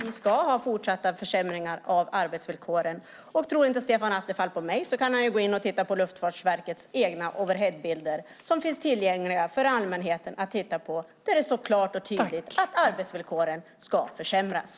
Man ska ha fortsatta försämringar av arbetsvillkoren. Tror inte Stefan Attefall på mig kan han gå in och titta på Luftfartsverkets egna overheadbilder som finns tillgängliga för allmänheten. Där står det klart och tydligt att arbetsvillkoren ska försämras.